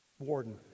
warden